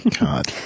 God